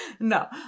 No